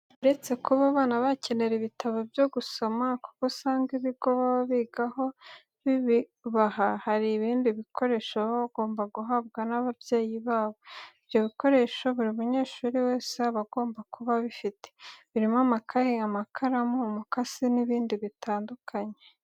Uretse kuba abana bakenera ibitabo byo gusoma kuko usanga ibigo baba bigaho bibibaha, hari ibindi bikoresho baba bagomba guhabwa n'ababyeyi babo. Ibyo bikoresho buri munyeshuri wese aba agomba kuba abifite. Birimo amakayi, amakaramu, umukasi n'ibindi bitandukanye.